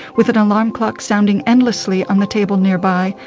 with an alarm clock sounding endlessly on the table nearby,